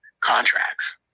contracts